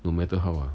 no matter how ah